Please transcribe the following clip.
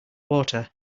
water